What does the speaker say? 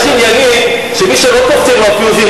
יש עניינים שמי שלא קופצים לו בהם הפיוזים,